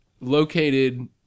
located